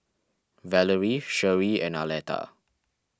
Valerie Sherie and Arletta